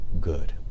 good